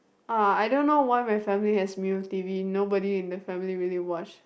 ah I don't know why my family has Mio T_V nobody in the family really watch